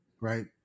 right